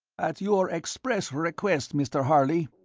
at your express request, mr. harley,